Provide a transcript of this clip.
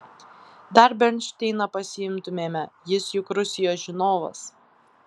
dar bernšteiną pasiimtumėme jis juk rusijos žinovas